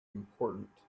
important